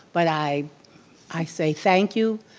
but i i say thank you,